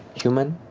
human?